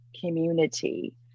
community